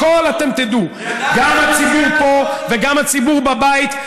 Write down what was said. הכול אתם תדעו, גם הציבור פה וגם הציבור בבית.